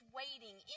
waiting